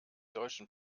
deutschen